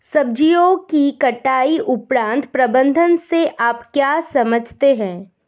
सब्जियों की कटाई उपरांत प्रबंधन से आप क्या समझते हैं?